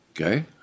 okay